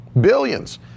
billions